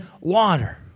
water